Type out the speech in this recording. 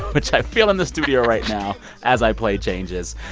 which i feel in the studio right now as i play changes.